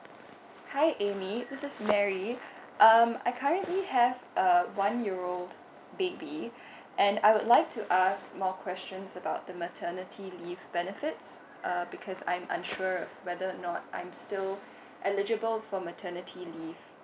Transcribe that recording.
hi Amy this is Mary um I currently have a one year old baby and I would like to ask more questions about the maternity leave benefits uh because I'm unsure whether not I'm still eligible for maternity leave